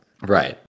right